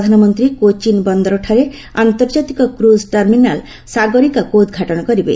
ପ୍ରଧାନମନ୍ତ୍ରୀ କୋଚିନ୍ ବନ୍ଦରଠାରେ ଆନ୍ତର୍ଜାତିକ କ୍ରଜ୍ ଟର୍ମିନାଲ୍ 'ସାଗରିକା'କୁ ଉଦ୍ଘାଟନ କରିବେ